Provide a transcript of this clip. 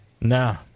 Nah